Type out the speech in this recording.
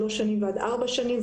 שלוש שנים ועד ארבע שנים.